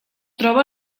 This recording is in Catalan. troba